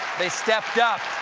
they stepped up.